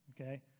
Okay